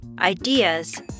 ideas